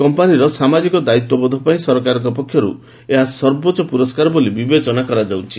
କମ୍ପାନୀର ସାମାଜିକ ଦାୟିତ୍ୱବୋଧ ପାଇଁ ସରକାରଙ୍କ ପକ୍ଷରୁ ଏହା ସର୍ବୋଚ୍ଚ ପୁରସ୍କାର ବୋଲି ବିବେଚନା କରାଯାଉଛି